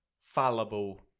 fallible